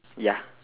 ya